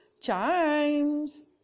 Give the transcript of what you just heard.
Chimes